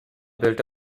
built